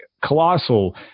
colossal